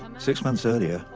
six months earlier,